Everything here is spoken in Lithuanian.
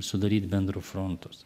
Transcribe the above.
sudaryt bendro fronto